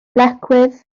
lecwydd